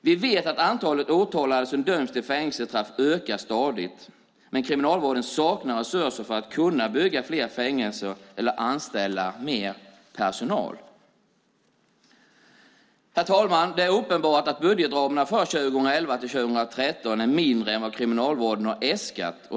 Vi vet att antalet åtalade som döms till fängelsestraff ökar stadigt, men Kriminalvården saknar resurser för att kunna bygga fler fängelser eller anställa mer personal. Herr talman! Det är uppenbart att budgetramen för 2011-2013 är mindre än vad Kriminalvården äskat.